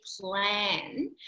plan